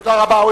תודה רבה.